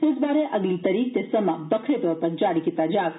इस बारै अगली तरीक ते समां बक्खरे तौर पर जारी कीता जाग